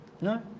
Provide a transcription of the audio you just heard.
No